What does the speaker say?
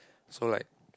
so like